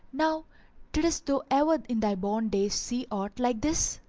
now diddest thou ever in thy born days see aught like this?